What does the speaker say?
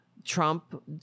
Trump